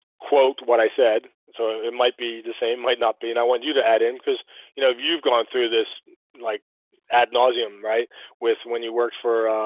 quote what i said so it might be the same might not be and i want you to add in because you know you've gone through this like ad nauseam right with when you work for